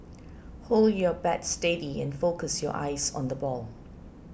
hold your bat steady and focus your eyes on the ball